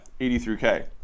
83K